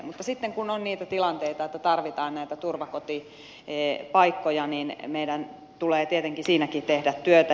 mutta sitten kun on niitä tilanteita että tarvitaan näitä turvakotipaikkoja meidän tulee tietenkin siinäkin tehdä työtä